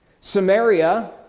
Samaria